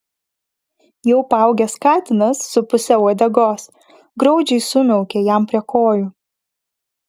jau paaugęs katinas su puse uodegos graudžiai sumiaukė jam prie kojų